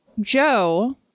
Joe